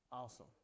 Awesome